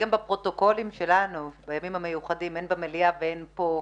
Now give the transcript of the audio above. בפרוטוקולים שלנו הן במליאה והן כאן